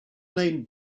name